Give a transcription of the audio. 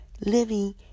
living